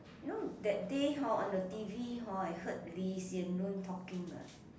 you know that day hor on the t_v hor I heard Lee-Hsien-Loong talking ah